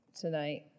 tonight